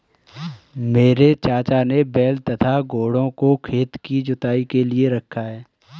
मेरे चाचा ने बैल तथा घोड़ों को खेत की जुताई के लिए रखा है